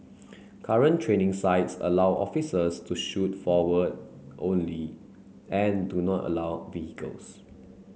current training sites allow officers to shoot forward only and do not allow vehicles